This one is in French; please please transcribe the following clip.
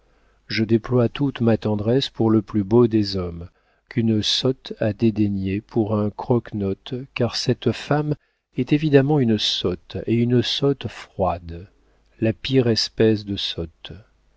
je déploie toute ma tendresse pour le plus beau des hommes qu'une sotte a dédaigné pour un croque note car cette femme est évidemment une sotte et une sotte froide la pire espèce de sottes